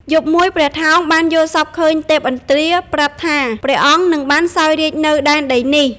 យប់មួយ ព្រះថោងបានយល់សប្ដិឃើញទេពឥន្ទ្រាប្រាប់ថា ព្រះអង្គនឹងបានសោយរាជ្យនៅដែនដីនេះ។